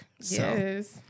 Yes